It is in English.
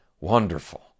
wonderful